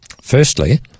Firstly